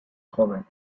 joven